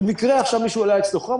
שבמקרה עכשיו מישהו העלה אצלו חום,